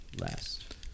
last